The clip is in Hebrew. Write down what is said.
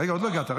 רגע, עוד לא הגעת.